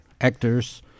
actors